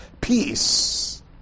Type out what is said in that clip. peace